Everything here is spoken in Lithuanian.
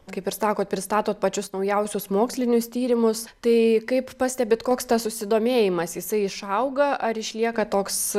kaip ir sakot pristatot pačius naujausius mokslinius tyrimus tai kaip pastebit koks tas susidomėjimas jisai išauga ar išlieka toks